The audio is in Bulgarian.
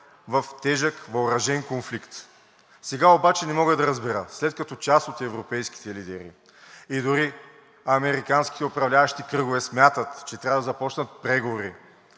в тежък въоръжен конфликт. Сега обаче не мога да разбера, след като част от европейските лидери и дори американските управляващи кръгове смятат, че трябва да започнат преговори,